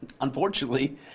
unfortunately